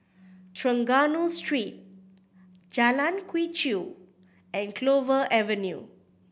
Trengganu Street Jalan Quee Chew and Clover Avenue